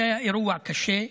זה היה אירוע קשה,